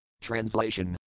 Translation